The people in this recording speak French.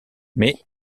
mais